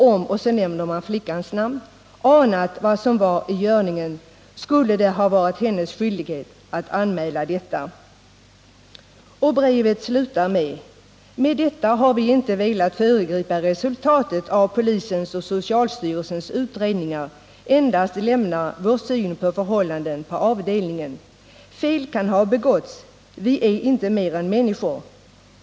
Om ——-”— här nämner man flickans namn —- ”anat vad som var i görningen, skulle det ha varit hennes skyldighet att anmäla detta.” Brevet slutar med: ”Med detta har vi inte velat föregripa resultatet av polisens och socialstyrelsens utredningar, endast lämna vår syn på förhållandena på avdelningen. Fel kan ha begåtts. Vi är inte mer än människor.